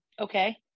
Okay